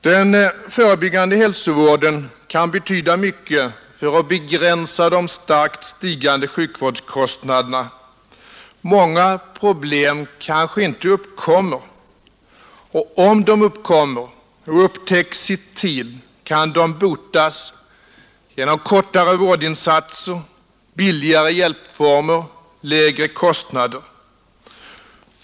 Den förebyggande hälsovården kan betyda mycket för att begränsa de starkt stigande sjukvårdskostnaderna. Många problem kanske inte uppkommer, och om de uppkommer och upptäcks i tid kan de botas genom kortare vårdinsatser, billigare hjälpformer och till lägre kostnader.